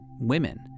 women